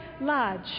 large